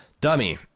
dummy